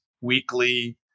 weekly